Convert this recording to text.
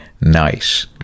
nice